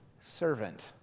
servant